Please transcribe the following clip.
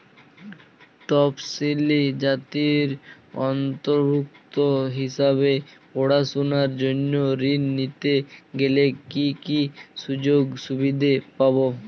তফসিলি জাতির অন্তর্ভুক্ত হিসাবে পড়াশুনার জন্য ঋণ নিতে গেলে কী কী সুযোগ সুবিধে পাব?